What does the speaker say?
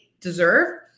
deserve